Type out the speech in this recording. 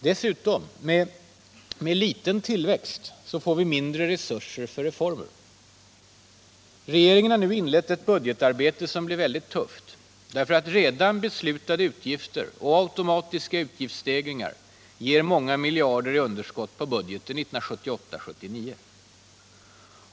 Dessutom: med liten tillväxt får vi mindre resurser för reformer. Regeringen har nu inlett ett budgetarbete som blir mycket tufft, därför att redan beslutade utgifter och automatiska utgiftsstegringar ger många miljarder i underskott på budgeten 1978/79.